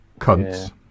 Cunts